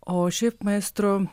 o šiaip maestro